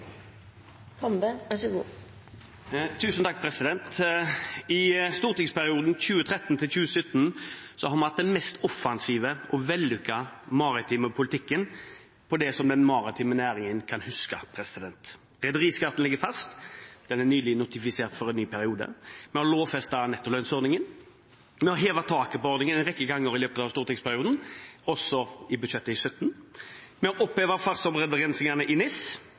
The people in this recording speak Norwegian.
vi hatt den mest offensive og vellykkede maritime politikken på det som den maritime næringen kan huske. Rederiskatten ligger fast, den er nylig notifisert for en ny periode. Vi har lovfestet nettolønnsordningen, vi har hevet taket på ordningen en rekke ganger i løpet av stortingsperioden, også i budsjettet for 2017. Vi har opphevet fartsområdebegrensningene i NIS,